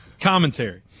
Commentary